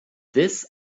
this